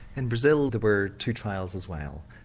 and brazil there were two trials as well.